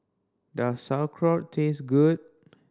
does Sauerkraut taste good